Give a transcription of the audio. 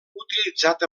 utilitzat